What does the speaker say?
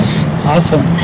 Awesome